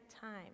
time